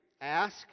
ask